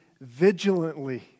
vigilantly